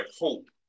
hope